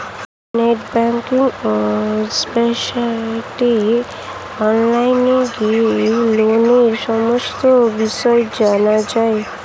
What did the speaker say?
net banking ওয়েবসাইটে online গিয়ে লোনের সমস্ত বিষয় জানা যায়